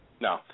No